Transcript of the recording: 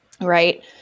right